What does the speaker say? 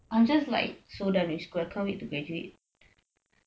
I'm just like so done with school can't wait to graduate